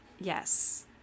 Yes